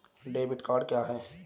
Debit card क्या है?